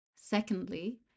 Secondly